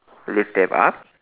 lift them up